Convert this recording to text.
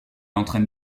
entraîne